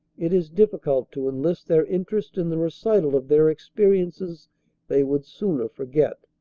it is difficult to enlist their interest in the recital of their experiences they would sooner forget.